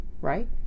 right